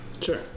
Sure